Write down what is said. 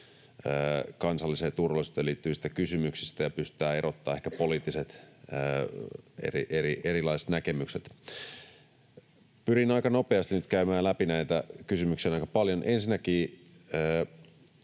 kansalliseen turvallisuuteen liittyvistä kysymyksistä, ja pystytään ehkä erottamaan poliittiset erilaiset näkemykset. Pyrin aika nopeasti nyt käymään läpi, näitä kysymyksiä on aika paljon.